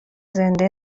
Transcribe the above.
زنده